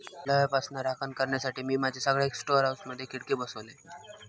ओलाव्यापासना राखण करण्यासाठी, मी माझ्या सगळ्या स्टोअर हाऊसमधे खिडके बसवलय